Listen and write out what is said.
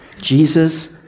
Jesus